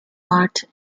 art